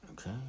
Okay